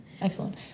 Excellent